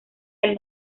del